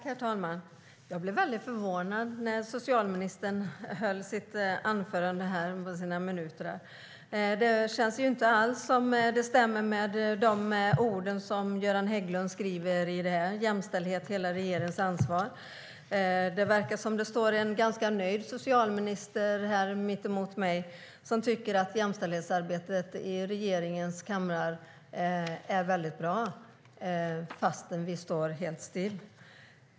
Herr talman! Jag blev väldigt förvånad när socialministern höll sitt anförande här. Det känns inte alls som att det stämde med de ord som Göran Hägglund skriver i Jämställdhet - Hela regeringens ansvar . Det verkar som att det står en ganska nöjd socialminister mitt emot mig här som tycker att jämställdhetsarbetet i regeringens kamrar är väldigt bra, fastän det står helt stilla.